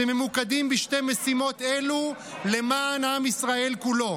שממוקדים בשתי משימות אלו למען עם ישראל כולו,